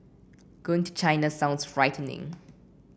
going to China sounds frightening